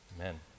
Amen